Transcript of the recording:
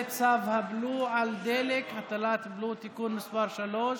צו הבלו על דלק (הטלת בלו) (תיקון מס' 3),